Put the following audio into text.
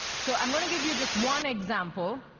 so i'm going to give you just one example.